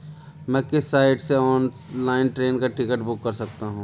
मैं किस साइट से ऑनलाइन ट्रेन का टिकट बुक कर सकता हूँ?